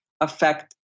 affect